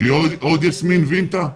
שתהיה עוד יסמין וינטה?